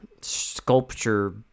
sculpture